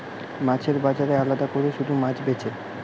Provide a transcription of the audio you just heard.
মাছের বাজারে আলাদা কোরে শুধু মাছ বেচে